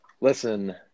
Listen